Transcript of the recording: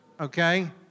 Okay